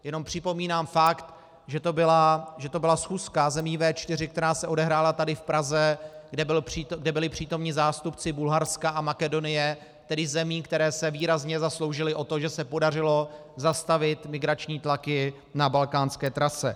Jenom připomínám fakt, že to byla schůzka zemí V4, která se odehrála tady v Praze, kde byli přítomni zástupci Bulharska a Makedonie, tedy zemí, které se výrazně zasloužily o to, že se podařilo zastavit migrační tlaky na balkánské trase.